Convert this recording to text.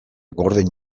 gordin